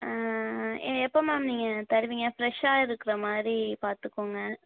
ஆ எ எப்போது மேம் நீங்கள் தருவீங்க ஃபிரஷ்ஷாக இருக்கிற மாதிரி பார்த்துக்கோங்க